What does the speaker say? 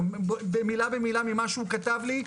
מילה במילה ממה שהוא כתב לי,